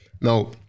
Now